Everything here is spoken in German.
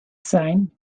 sein